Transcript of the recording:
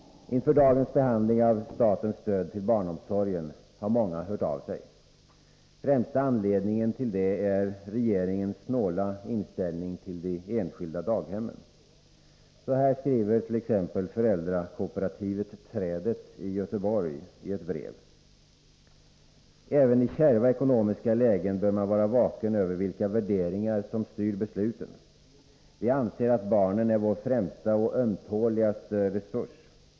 Inför dagens behandling av statens stöd till barnomsorgen har många hört av sig. Den främsta anledningen till det är regeringens snåla inställning till de enskilda daghemmen. Så här skriver t.ex. föräldrakooperativet Trädet i Göteborg i ett brev: ”Även i kärva ekonomiska lägen bör man vara vaken över vilka värderingar som styr besluten. Vi anser att barnen är vår främsta och ömtåligaste resurs.